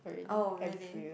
oh really